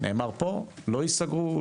נאמר פה - לא ייסגרו,